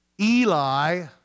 Eli